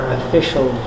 official